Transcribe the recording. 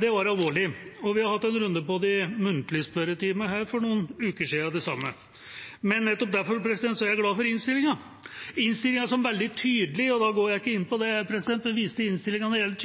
det var alvorlig, og vi hadde en runde på det samme i muntlig spørretime her for noen uker siden, men nettopp derfor er jeg glad for innstillinga. Da går jeg ikke inn på det, men jeg viser til hvor tydelig innstillinga er når